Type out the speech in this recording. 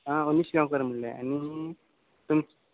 आं अनीश गांवकर म्हणलें आनी तुमचे